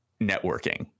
networking